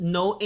no